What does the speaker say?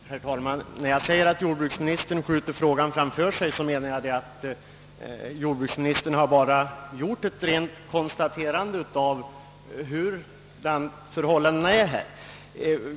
Herr talman! När jag säger att jordbruksministern skjuter frågan framför sig, menar jag att han bara gjort ett rent konstaterande av hur förhållandena är.